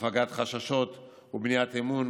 הפגת חששות ובניית אמון.